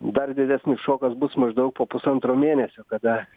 dar didesnis šokas bus maždaug po pusantro mėnesio kada